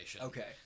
Okay